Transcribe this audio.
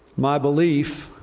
my belief